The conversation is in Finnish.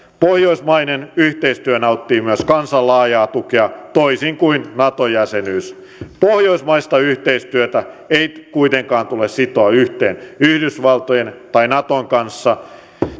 pohjoismainen yhteistyö nauttii myös kansan laajaa tukea toisin kuin nato jäsenyys pohjoismaista yhteistyötä ei kuitenkaan tule sitoa yhteen yhdysvaltojen tai naton kanssa